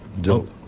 Dope